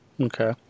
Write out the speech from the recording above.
Okay